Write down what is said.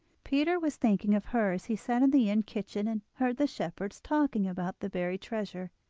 peter was thinking of her as he sat in the inn kitchen and heard the shepherds talking about the buried treasure,